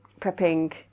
prepping